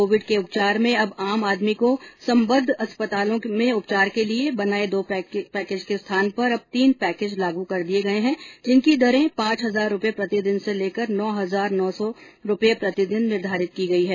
Covid के उपचार में अब आम आदर्मी को सम्बद्ध अस्पतालों में उपचार के लिए बनाए दो पैकेज के स्थान पर अब तीन पैकेज लागू कर दिए हैं जिनकी दरें पांच हजार रूपये प्रतिदिन से लेकर नौ हजार नौ सौ रूपये प्रतिदिन निर्धारित की गई है